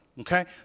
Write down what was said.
okay